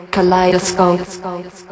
Kaleidoscope